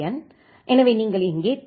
என் எனவே நீங்கள் இங்கே டி